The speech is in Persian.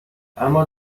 اما